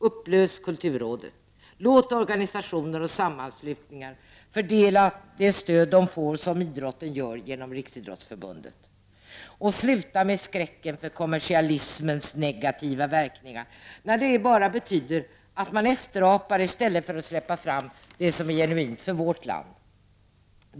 Upplös kulturrådet, låt organisationer och sammanslutningar fördela det stöd de får, såsom idrotten gör genom Riksidrottsförbundet. Och sluta med skräcken för kommersialismens negativa verkningar, när detta bara betyder att man efterapar i stället för att släppa fram det som är genuint för vårt land.